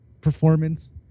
performance